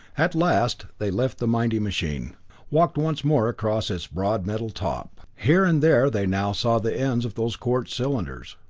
at last they left the mighty machine walked once more across its broad metal top. here and there they now saw the ends of those quartz cylinders.